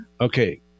Okay